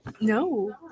no